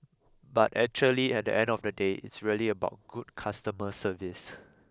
but actually at the end of the day it's really about good customer service